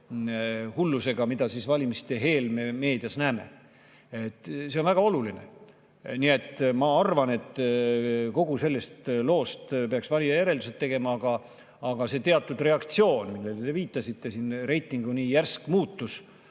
selle hullusega, mida valimiste eel me meedias näeme. See on väga oluline. Nii et ma arvan, et kogu sellest loost peaks valija järeldused tegema. Aga see reaktsioon, millele te viitasite, et siin reiting nii järsku muutus,